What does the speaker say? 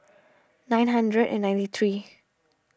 nine hundred and ninety three